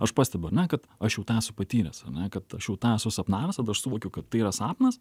aš pastebiu kad aš jau tą esu patyręs ar ne kad aš jau tą esu sapnavęs tada aš suvokiu kad tai yra sapnas